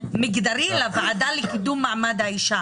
מגדרי לוועדה לקידום מעמד האישה.